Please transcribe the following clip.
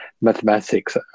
mathematics